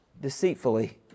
deceitfully